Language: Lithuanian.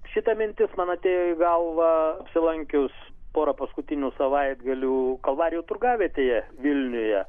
šita mintis man atėjo į galvą apsilankius pora paskutinių savaitgalių kalvarijų turgavietėje vilniuje